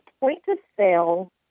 point-of-sale